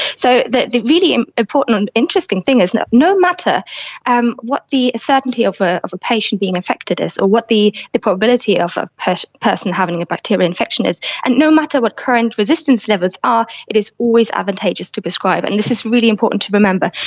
so the the really and important and interesting thing is no no matter um what the certainty of ah of a patient being affected is or what the the probability of a person person having a bacterial infection is, and no matter what current resistance levels are, it is always advantageous to prescribe, and this is really important to remember,